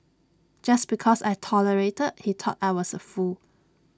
just because I tolerated he thought I was A fool